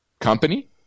company